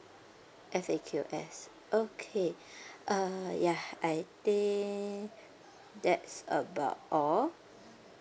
F A Q S okay uh yeah I think that's about all